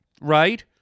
right